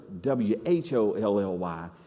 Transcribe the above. w-h-o-l-l-y